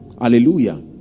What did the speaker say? Hallelujah